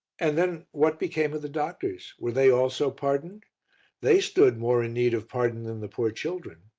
and then, what became of the doctors? were they also pardoned they stood more in need of pardon than the poor children.